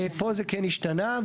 פה זה כן השתנה.